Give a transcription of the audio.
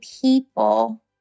people